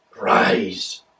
rise